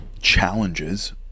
challenges